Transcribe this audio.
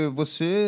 você